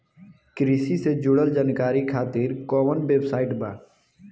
कृषि से जुड़ल जानकारी खातिर कोवन वेबसाइट बा?